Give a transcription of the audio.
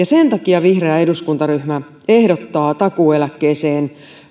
sen takia vihreä eduskuntaryhmä ehdottaa takuueläkkeeseen